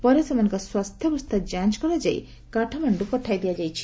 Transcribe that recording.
ପରେ ସେମାନଙ୍କ ସ୍ୱାସ୍ଥ୍ୟାବସ୍ଥା ଯାଞ୍ଚ କରାଯାଇ କାଠମାଣ୍ଟୁ ପଠାଇ ଦିଆଯାଇଛି